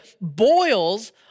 boils